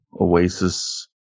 Oasis